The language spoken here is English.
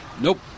Nope